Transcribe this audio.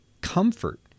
comfort